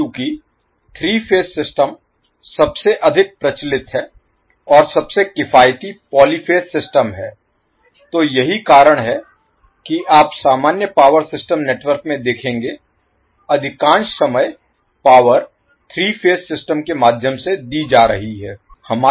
अब चूंकि 3 phase system सबसे अधिक प्रचलित है और सबसे किफायती पॉली फ़ेज़ सिस्टम है तो यही कारण है कि आप सामान्य पावर सिस्टम नेटवर्क में देखेंगे अधिकांश समय पावर 3 फेज सिस्टम के माध्यम से दी जा रही है